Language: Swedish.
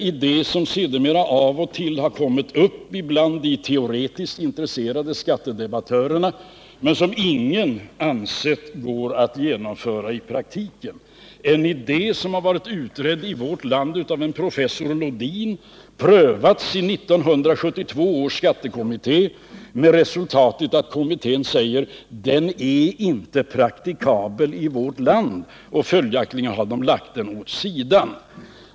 Idén har sedermera av och till kommit upp ibland de teoretiskt intresserade skattedebattörerna, men ingen har ansett att den går att genomföra i praktiken. Idén utreddes i vårt land av professor Lodin. Den prövades i 1972 års skattekommitté med resultatet att kommittén säger att den inte är praktikabel i vårt land. Följaktligen har den lagts åt sidan.